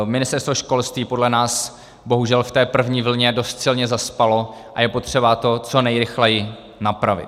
Ministerstvo školství podle nás bohužel v té první vlně dost silně zaspalo a je potřeba to co nejrychleji napravit.